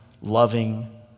loving